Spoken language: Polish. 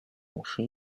uszy